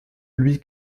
lui